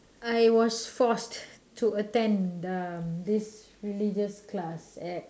I was forced to attend the this religious class at